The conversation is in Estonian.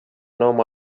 oma